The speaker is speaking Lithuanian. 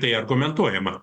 tai argumentuojama